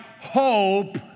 hope